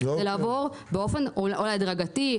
זה לעבור באופן הדרגתי,